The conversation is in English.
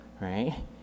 right